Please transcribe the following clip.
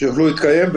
שיוכלו להתקיים.